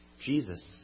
Jesus